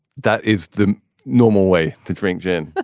that is the normal way to drink gin. but